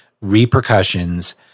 repercussions